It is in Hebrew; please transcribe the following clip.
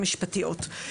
המשפטיות.